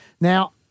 Now